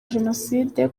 jenoside